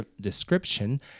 description